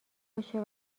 باشه